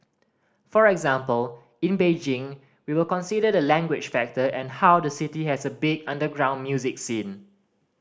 for example in Beijing we will consider the language factor and how the city has a big underground music scene